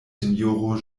sinjoro